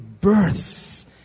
births